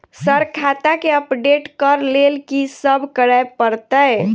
Sir खाता केँ update करऽ लेल की सब करै परतै?